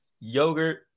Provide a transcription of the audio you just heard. yogurt